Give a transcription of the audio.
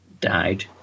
died